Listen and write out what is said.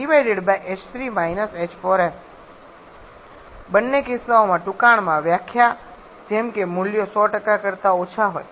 તેથી તે છે બંને કિસ્સાઓમાં ટૂંકાણમાં વ્યાખ્યા જેમ કે મૂલ્યો 100 કરતા ઓછા હોય